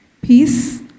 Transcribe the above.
peace